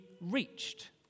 reached